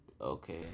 Okay